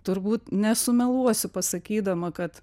turbūt nesumeluosiu pasakydama kad